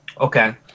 Okay